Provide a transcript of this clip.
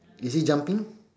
is he jumping